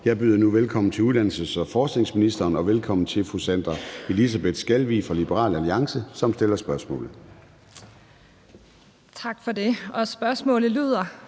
Jeg byder nu velkommen til uddannelses- og forskningsministeren og velkommen til fru Sandra Elisabeth Skalvig fra Liberal Alliance, som stiller spørgsmålet. Kl. 14:08 Spm. nr.